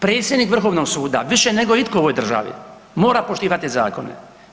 Predsjednik Vrhovnog suda, više nego itko u ovoj državi mora poštivati zakone.